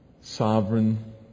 sovereign